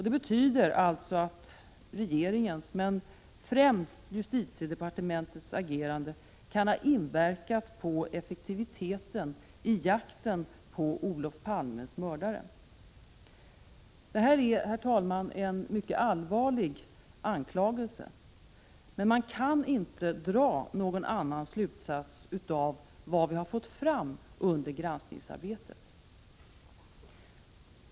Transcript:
Det betyder alltså att regeringens, men främst justitiedepartementets, agerande kan ha inverkat på effektiviteten i jakten på Olof Palmes mördare. Det här är, herr talman, en allvarlig anklagelse. Men man kan inte dra någon annan slutsats av vad vi har fått fram under granskningsarbetet.